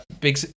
Big